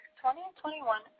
2021